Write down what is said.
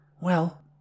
Well